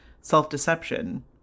self-deception